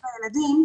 לילדים.